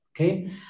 okay